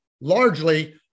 largely